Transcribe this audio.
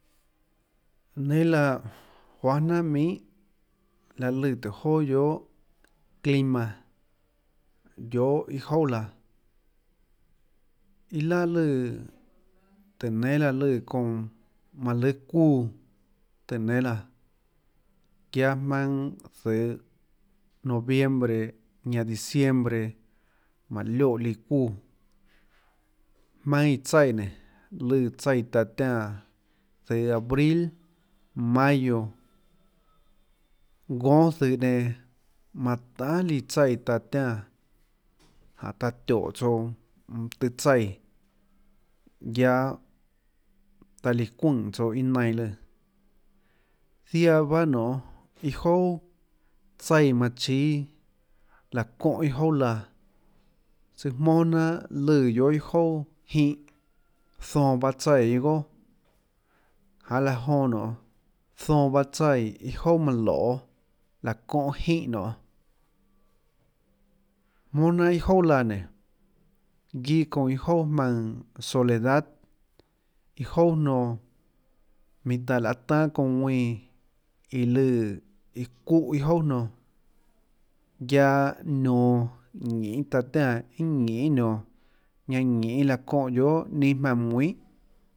Nénâ laã juahà jnanà minhà láhã lùã tùhå joà guiohà clima guiohà iâ jouà laã iâ laà lùã tùhå nénâ laã lùã çounã manã lùâ çuúã tùhå nénâ laã guiaâ jmaønâ zøhå noviembre ñanã diciembre mánhå lioè líã çuúã jmaønâ iã tsaíã nénå lùã tsaíã taå tiánã zøhå abril mayo gónâ zøhã nenã manã tahà líã tsaíã taã tiánã jáhå taã tióhå tsouã mønâ tøhê tsaíã guiaâ taã líã çuønè tsouã iâ nainã lùã ziaã bahâ nonê iâ jouà tsaíã manã chíâ laã çóhã iâ jouà laã tsøâ mónà jnanhà laê lùã guiohà iâ jouà jínhã zonãpahâ tsaíã iâ goà janê laã jonã nionê zonãpahâ tsaíã iâ manã loê láhå çóhã jinhã nionê mónà jnanhà iâ jouà laã nénå guiâ çounã iâ jouà jmaønã soledad iâ jouà jnonã minhå taã láå tanâ çounã ðuinã ie lùã iã çuúhã iâ jouà jnonã guiaâ nionå ñinê taã tiánã iâ ñinê nionå ñanã ñinê laã çóhã guiohà jmaønã mønã nguinhà.